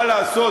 מה לעשות,